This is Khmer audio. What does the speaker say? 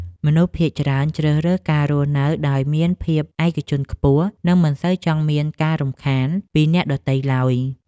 មនុស្សភាគច្រើនជ្រើសរើសការរស់នៅដោយមានភាពឯកជនខ្ពស់ និងមិនសូវចង់មានការរំខានពីអ្នកដទៃឡើយ។